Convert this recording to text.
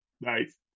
Nice